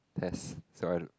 test so I do